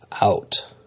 out